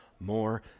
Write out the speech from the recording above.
more